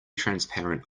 transparent